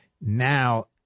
Now